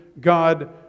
God